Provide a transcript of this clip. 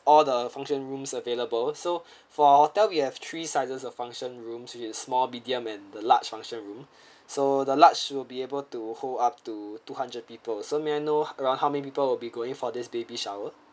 all the function rooms available so for our hotel we have three sizes of function rooms which is small medium and large function room so the large you will be able to hold up to two hundred people so may I know around how many people will be going for this baby shower